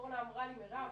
אורנה אמרה לי: מירב,